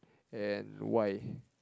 and why